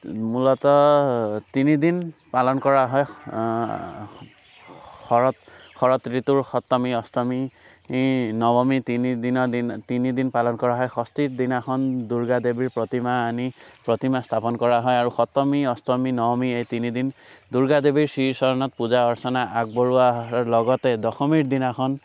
মূলতঃ তিনিদিন পালন কৰা হয় শৰৎ শৰৎ ঋতুৰ সপ্তমী অষ্টমী নৱমী তিনিদিনৰ দিনা তিনিদিন পালন কৰা হয় ষষ্ঠীৰ দিনাখন দূৰ্গা দেৱীৰ প্ৰতিমা আনি প্ৰতিমা স্থাপন কৰা হয় আৰু সপ্তমী অষ্টমী নৱমী এই তিনিদিন দূৰ্গা দেৱীৰ শ্ৰী চৰণত পূজা অৰ্চনা আগবঢ়োৱা হয় লগতে দশমীৰ দিনাখন